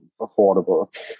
affordable